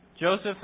Joseph